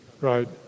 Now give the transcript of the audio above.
Right